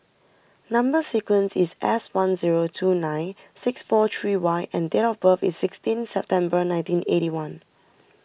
Number Sequence is S one zero two nine six four three Y and date of birth is sixteen September nineteen eighty one